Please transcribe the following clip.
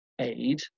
aid